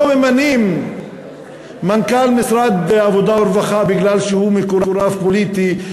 לא ממנים מנכ"ל משרד העבודה והרווחה עם עמדות